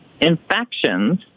infections